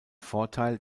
vorteil